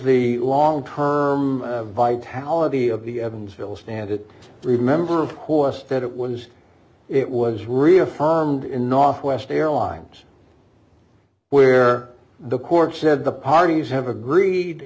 the long term vitality of the evansville stand it remember of course that it was it was reaffirmed in northwest airlines where the court said the parties have agreed